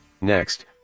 Next